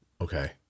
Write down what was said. Okay